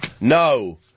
No